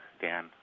Dan